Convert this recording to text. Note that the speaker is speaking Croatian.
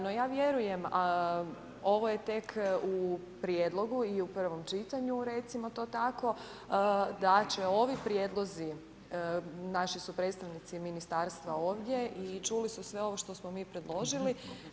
No ja vjerujem ovo je tek u prijedlogu i u prvom čitanju, recimo to tako, da će ovi prijedlozi, naši su predstavnici ministarstva ovdje i čuli su sve ovo što smo mi predložili.